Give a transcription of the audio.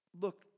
look